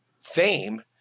fame